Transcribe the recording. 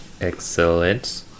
Excellent